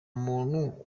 muntu